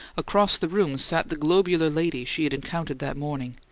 across the room sat the globular lady she had encountered that morning,